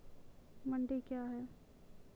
मंडी क्या हैं?